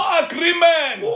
agreement